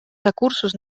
recursos